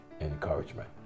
encouragement